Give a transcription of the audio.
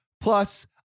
plus